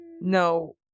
no